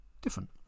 different